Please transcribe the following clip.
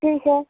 ठीक है